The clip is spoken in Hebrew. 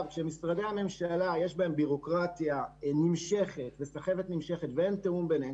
כשבמשרדי הממשלה יש בירוקרטיה נמשכת וסחבת נמשכת ואין תיאום ביניהם,